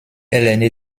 l’aîné